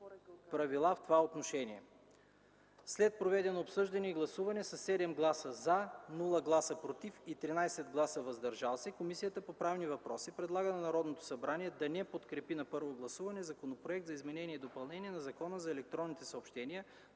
Александър Кашъмов. След проведеното обсъждане и гласуване със 7 гласа „за”, без „против” и 13 гласа „въздържали се” Комисията по правни въпроси предлага на Народното събрание да не подкрепи на първо гласуване Законопроект за изменение и допълнение на Закона за електронните съобщения,